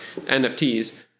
NFTs